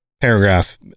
paragraph